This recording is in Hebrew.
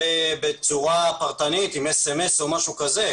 בצורה פרטנית עם מסרון או משהו כזה.